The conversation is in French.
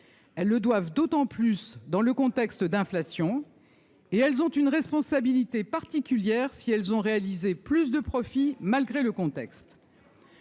elles le doivent d'autant plus dans le contexte d'inflation et elles ont une responsabilité particulière, si elles ont réalisé plus de profits, malgré le contexte